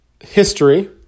history